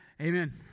amen